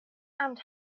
and